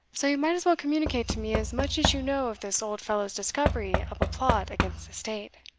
so you might as well communicate to me as much as you know of this old fellow's discovery of a plot against the state.